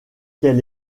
quel